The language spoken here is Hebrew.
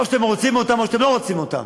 או שאתם רוצים אותם או שאתם לא רוצים אותם,